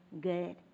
good